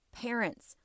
parents